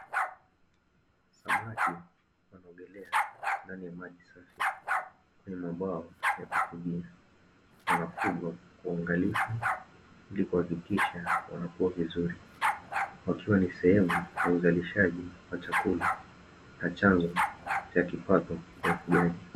Samaki wanaogelea ndani ya maji safi, kwenye mabwawa ya kufugia. Wanafugwa kwa uangalifu ili kuhakikisha wanakua vizuri, wakiwa ni sehemu ya uzalishaji wa chakula na chanzo cha kipato kwa wafugaji.